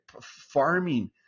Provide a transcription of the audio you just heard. farming